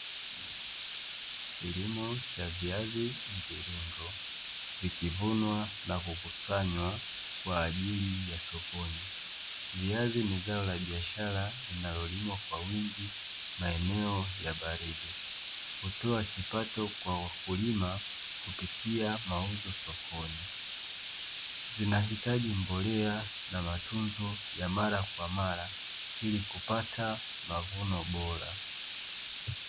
Kilimo cha viazi mviringo vikivunwa na kukusanywa kwa ajili ya sokoni. Viazi ni zao la biashara linalolimwa kwa wingi maeneo ya baridi; hutoa kipato kwa wakulima kupitia mauzo sokoni, zinahitaji mbolea na matunzo ya mara kwa mara ili kupata mavuno bora.